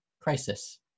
crisis